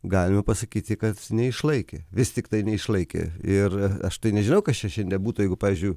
galima pasakyti kad neišlaikė vis tiktai neišlaikė ir aš tai nežinau kas čia nebūtų jeigu pavyzdžiui